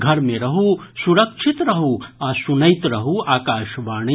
घर मे रहू सुरक्षित रहू आ सुनैत रहू आकाशवाणी